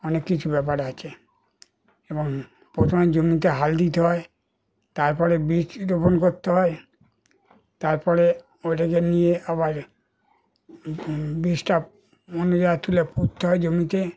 অনেক কিছু ব্যাপারে আছে এবং প্রথমে জমিতে হাল দিতে হয় তার পরে বীজ রোপণ করতে হয় তার পরে ওটাকে নিয়ে আবার বীজটা অন্য জায়গায় তুলে পুঁততে হয় জমিতে